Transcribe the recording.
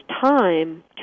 time